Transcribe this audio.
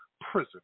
prison